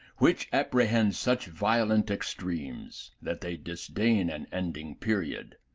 which apprehend such violent extremes, that they disdain an ending period.